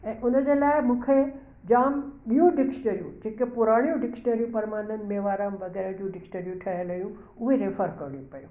ऐं उनजे लाइ मूंखे जाम ॿियूं डिक्शनरियूं जेके पुराणियूं डिक्शनरियूं परमानंद मेवराम वग़ैरह जूं डिक्शनरियूं ठहियल हुइयूं उहे रेफर करिणियूं पयूं